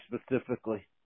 specifically